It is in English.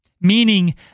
meaning